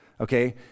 Okay